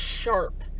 sharp